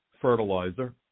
fertilizer